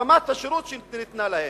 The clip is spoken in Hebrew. ברמת השירות שניתנת להם.